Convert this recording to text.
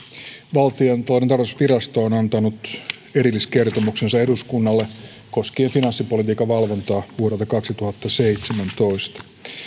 valtiontalouden tarkastusvirasto on antanut erilliskertomuksensa eduskunnalle koskien finanssipolitiikan valvontaa vuodelta kaksituhattaseitsemäntoista